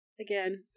again